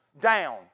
down